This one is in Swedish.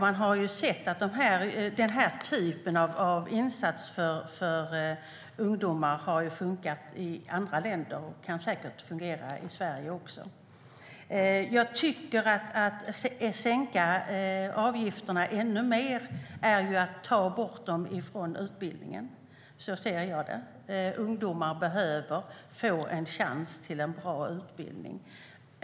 Man har sett att den typen av insats för ungdomar har fungerat i andra länder, och det kan säkert också fungera i Sverige. Att sänka avgifterna ännu mer är att ta bort dem från utbildningen. Så ser jag det. Ungdomar behöver få en chans till en bra utbildning.